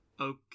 okay